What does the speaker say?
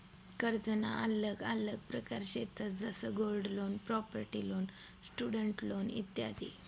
कर्जना आल्लग आल्लग प्रकार शेतंस जसं gold loan, property loan, student loan इत्यादी